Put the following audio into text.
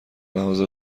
لحاظ